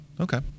Okay